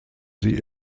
sie